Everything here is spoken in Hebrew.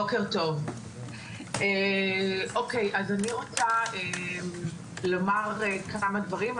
שלום, בוקר טוב, אני רוצה לומר כמה דברים.